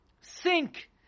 sink